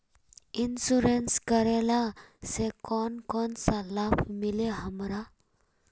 Insurance करेला से कोन कोन सा लाभ मिलते हमरा?